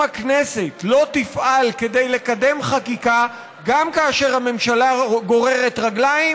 אם הכנסת לא תפעל כדי לקדם חקיקה גם כאשר הממשלה גוררת רגליים,